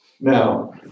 Now